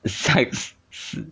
the sexi~